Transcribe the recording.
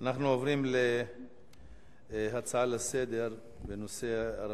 אנחנו עוברים להצעות לסדר-היום מס' 3768,